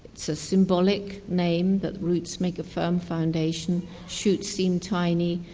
it's a symbolic name, that roots make a firm foundation, shoots seem tiny.